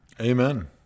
Amen